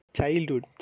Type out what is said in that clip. Childhood